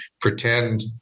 pretend